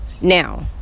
Now